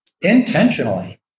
intentionally